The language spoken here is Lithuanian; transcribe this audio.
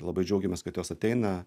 labai džiaugiamės kad jos ateina